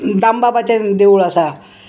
दामबाबाचें देवूळ आसा